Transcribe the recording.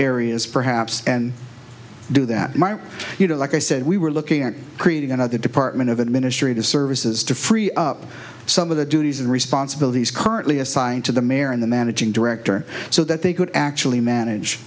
areas perhaps and do that you know like i said we were looking at creating another department of administrative services to free up some of the duties and responsibilities currently assigned to the mayor and the managing director so that they could actually manage